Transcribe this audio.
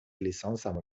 لیسانسمو